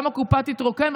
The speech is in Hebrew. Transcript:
גם הקופה תתרוקן,